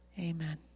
Amen